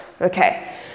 Okay